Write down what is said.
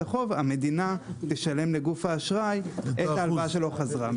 החוב המדינה תשלם לגוף האשראי את ההלוואה שלא חזרה.